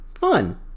fun